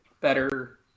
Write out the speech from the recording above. better